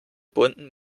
bunten